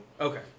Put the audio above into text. Okay